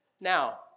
Now